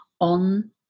on